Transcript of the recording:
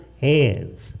hands